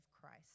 Christ